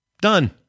Done